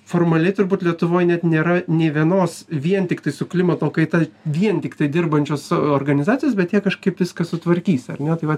formaliai turbūt lietuvoj net nėra nė vienos vien tiktai su klimato kaita vien tiktai dirbančios organizacijos bet jie kažkaip viską sutvarkys ar ne tai vat